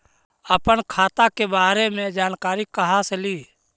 अपन खाता के बारे मे जानकारी कहा से ल?